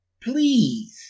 Please